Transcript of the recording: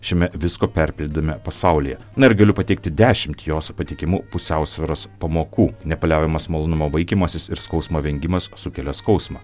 šiame visko perpildytame pasaulyje na ir galiu pateikti dešimt jos patikimų pusiausvyros pamokų nepaliaujamas malonumo vaikymasis ir skausmo vengimas sukelia skausmą